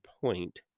point